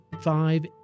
five